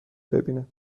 ببیند